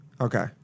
Okay